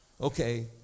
Okay